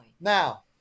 Now